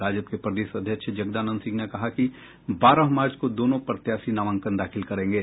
राजद के प्रदेश अध्यक्ष जगदानंद सिंह ने कहा कि बारह मार्च को दोनों प्रत्याशी नामांकन दाखिल करेंगे